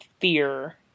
Fear